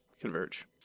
converge